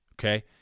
Okay